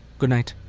goodnite.